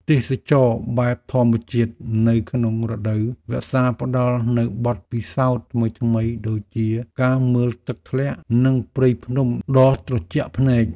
ទេសចរណ៍បែបធម្មជាតិនៅក្នុងរដូវវស្សាផ្តល់នូវបទពិសោធន៍ថ្មីៗដូចជាការមើលទឹកធ្លាក់ និងព្រៃភ្នំដ៏ត្រជាក់ភ្នែក។